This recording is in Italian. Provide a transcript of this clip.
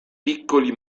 piccoli